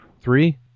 Three